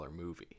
movie